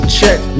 check